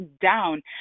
down